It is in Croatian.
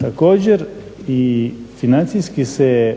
Također i financijski se